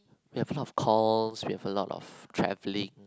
we have a lot of calls we have a lot of travelling